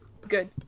good